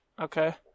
Okay